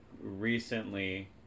recently